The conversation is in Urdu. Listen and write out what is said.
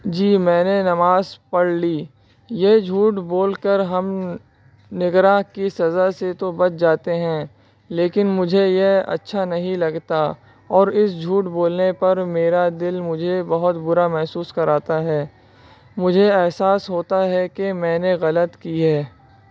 جی میں نے نماز پڑھ لی یہ جھوٹ بول کر ہم نگراں کی سزا سے تو بچ جاتے ہیں لیکن مجھے یہ اچھا نہیں لگتا اور اس جھوٹ بولنے پر میرا دل مجھے بہت برا محسوس کراتا ہے مجھے احساس ہوتا ہے کہ میں نے غلط کیے